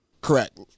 Correct